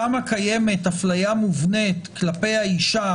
שם קיימת אפליה מובנית כלפי האישה